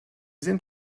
sind